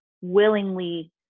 willingly